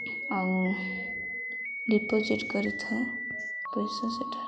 ଆଉ ଡିପୋଜିଟ୍ କରିଥାଉ ପଇସା ସେଠାରେ